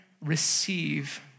receive